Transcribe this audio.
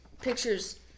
pictures